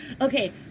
Okay